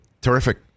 Terrific